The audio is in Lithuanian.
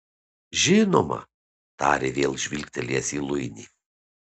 žinoma tarė vėl žvilgtelėjęs į luinį